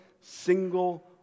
single